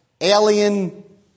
alien